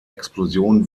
explosion